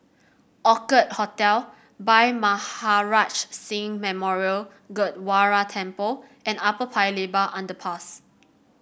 Orchid Hotel Bhai Maharaj Singh Memorial Gurdwara Temple and Upper Paya Lebar Underpass